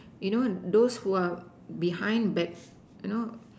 you know those who are behind back I know